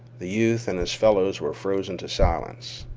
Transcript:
the youth and his fellows were frozen to silence.